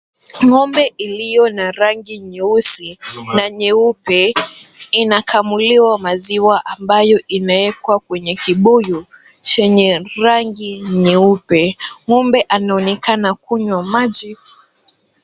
Ng'ombe iliyona rangi nyeusi na nyeupe inakamuliwa maziwa ambayo inawekwa kwenye kibuyu chenye rangi nyeupe. Ng'ombe anaonekana kunywa maji.